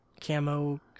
Camo